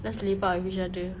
just lepak with each other